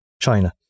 China